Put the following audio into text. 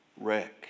wreck